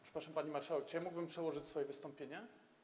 Przepraszam, pani marszałek, czy ja mógłbym przełożyć swoje wystąpienie?